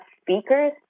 speakers